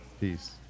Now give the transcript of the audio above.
Peace